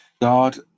God